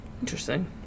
Interesting